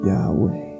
Yahweh